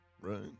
right